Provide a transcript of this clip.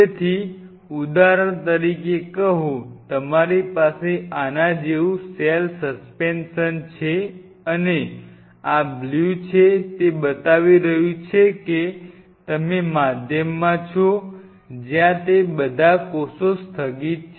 તેથી ઉદાહરણ તરીકે કહો તમારી પાસે આના જેવું સેલ સસ્પેન્શન છે અને આ બ્લુ છે તે બતાવી રહ્યું છે કે તમે માધ્યમમાં છો જ્યાં તે બધા કોષો સ્થગિત છે